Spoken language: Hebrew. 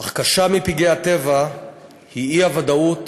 אך קשה מפגעי הטבע היא האי-וודאות